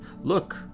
Look